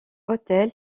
hôtel